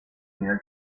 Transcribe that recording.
nivel